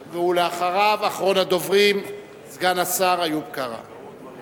אחריו, אחרון הדוברים, סגן השר איוב קרא.